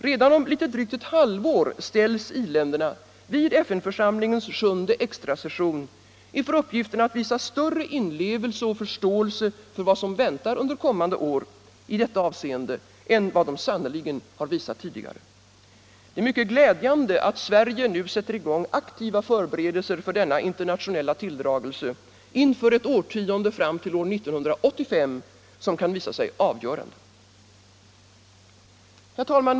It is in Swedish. Redan om drygt ett halvår ställs iländerna vid FN-församlingens sjunde extrasession inför uppgiften att visa större inlevelse och förståelse för vad som väntar under kommande år i detta avseende än vad de sannerligen har visat tidigare. Det är mycket glädjande att Sverige nu sätter i gång aktiva förberedelser för denna internationella tilldragelse, inför ett årtionde fram till 1985 som kan visa sig avgörande. Herr talman!